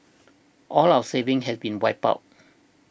all our savings have been wiped out